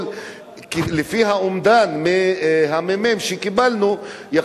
על-פי האומדן שקיבלנו מהממ"מ,